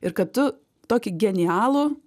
ir kad tu tokį genialų